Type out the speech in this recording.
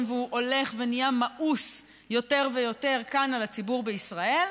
והוא הולך ונהיה מאוס יותר ויותר כאן על הציבור בישראל,